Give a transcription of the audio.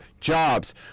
jobs